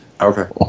Okay